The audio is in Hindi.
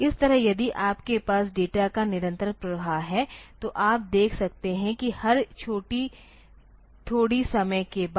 इस तरह यदि आपके पास डेटा का निरंतर प्रवाह है तो आप देख सकते हैं कि हर छोटी थोड़ी समय के बाद